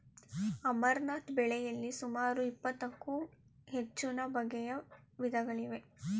amaranth ಬೆಳೆಯಲಿ ಸುಮಾರು ಇಪ್ಪತ್ತಕ್ಕೂ ಹೆಚ್ಚುನ ಬಗೆಯ ವಿಧಗಳಿವೆ